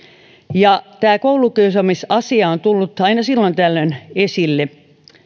ja tämä koulukiusaamisasia on tullut aina silloin tällöin esille